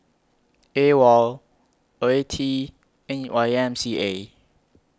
AWOL OETI and Y M C A